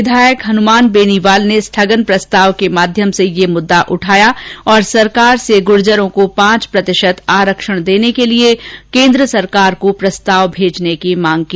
विधायक हनुमान बेनीवाल ने स्थगन प्रस्ताव के माध्यम से यह मुद्दा उठाया और सरकार से गुर्जरों को पांच प्रतिशत आरक्षण देने के लिए केंद्र सरकार को प्रस्ताव भेजने की मांग की